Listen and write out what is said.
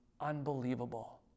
unbelievable